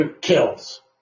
kills